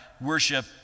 worship